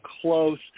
close